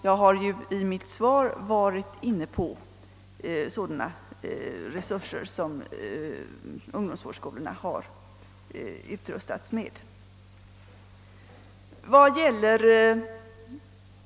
Jag har redan i mitt svar berört dessa resurser som ungdomsvårdsskolorna har utrustats med.